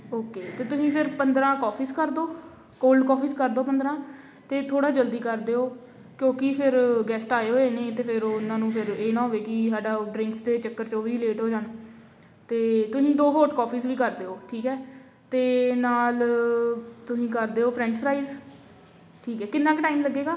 okay ਅਤੇ ਤੁਸੀਂ ਫਿਰ ਪੰਦਰਾਂ ਕੌਫੀਸ ਕਰ ਦਿਓ ਕੋਲਡ ਕੌਫੀਸ ਕਰ ਦਿਓ ਪੰਦਰਾਂ ਅਤੇ ਥੋੜ੍ਹਾ ਜਲਦੀ ਕਰ ਦਿਓ ਕਿਉਂਕਿ ਫਿਰ ਗੈਸਟ ਆਏ ਹੋਏ ਨੇ ਤਾਂ ਫਿਰ ਉਹਨਾਂ ਨੂੰ ਫਿਰ ਇਹ ਨਾ ਹੋਵੇ ਕਿ ਸਾਡਾ ਡਰਿੰਕਸ ਦੇ ਚੱਕਰ 'ਚ ਉਹ ਵੀ ਲੇਟ ਹੋ ਜਾਣ ਅਤੇ ਤੁਸੀਂ ਦੋ ਹੌਟ ਕੌਫੀਸ ਵੀ ਕਰ ਦਿਓ ਠੀਕ ਹੈ ਅਤੇ ਨਾਲ ਤੁਸੀਂ ਕਰ ਦਿਓ ਫਰੈਂਚ ਫਰਾਈਜ ਠੀਕ ਹੈ ਕਿੰਨਾ ਕੁ ਟਾਈਮ ਲੱਗੇਗਾ